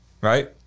right